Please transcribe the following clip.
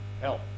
help